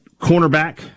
Cornerback